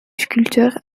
sculpteur